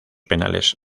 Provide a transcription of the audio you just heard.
penales